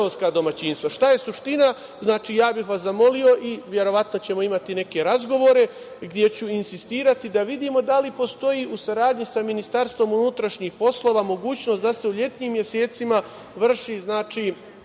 je suština? Ja bih vas zamolio i verovatno ćemo imati neke razgovore, gde ću insistirati da vidimo da li postoji u saradnji sa Ministarstvom unutrašnjih poslova mogućnost da se u letnjim mesecima vrši